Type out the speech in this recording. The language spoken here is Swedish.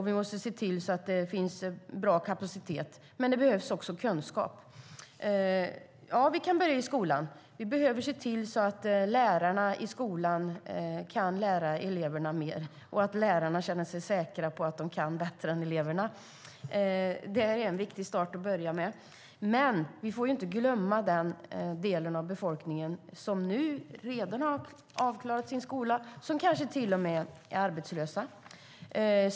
Vi måste se till att det finns bra kapacitet, men det behövs också kunskap. Vi kan börja i skolan. Vi behöver se till att lärarna i skolan kan lära eleverna mer och att lärarna känner sig säkra på att de kan det här bättre än eleverna. Det är en viktig start. Men vi får inte glömma den del av befolkningen som har klarat av sin skolgång och som kanske dessutom är arbetslös.